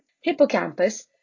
hippocampus